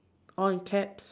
all in caps